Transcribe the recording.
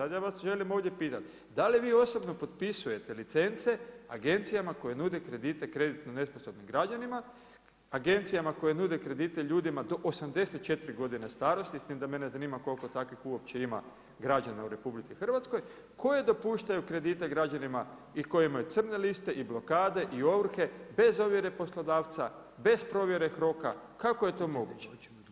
Sada ja vas želim ovdje pitati, da li vi osobno potpisujete licence agencijama koje nude kredite kreditno nesposobnim građanima, agencijama koje nude kredite ljudima do 84 godine starosti, s tim da mene zanima koliko takvih uopće ima građana u RH, koje dopuštaju kredite građanima i koji imaju crne liste i blokade i ovrhe bez ovjere poslodavca, bez provjere HROK-a, kako je to moguće?